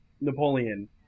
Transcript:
Napoleon